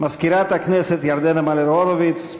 מזכירת הכנסת ירדנה מלר-הורוביץ,